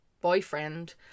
boyfriend